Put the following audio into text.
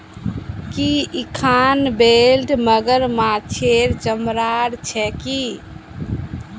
की इखन बेल्ट मगरमच्छेर चमरार छिके